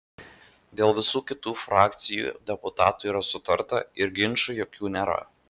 dėl visų kitų frakcijų deputatų yra sutarta ir ginčų jokių nėra